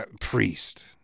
priest